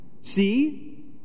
See